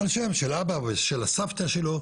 על שם של אבא שלו או של הסבתא שלו,